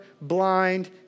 blind